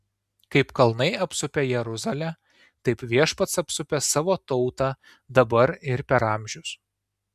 kaip kalnai apsupę jeruzalę taip viešpats apsupęs savo tautą dabar ir per amžius